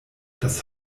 das